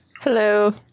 hello